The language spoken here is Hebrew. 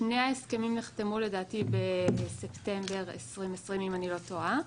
שני ההסכמים נחתמו בספטמבר 2020, אם אני לא טועה.